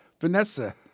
Vanessa